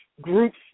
groups